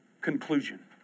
conclusion